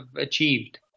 achieved